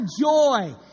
joy